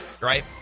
right